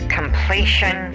Completion